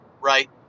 right